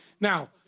Now